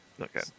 okay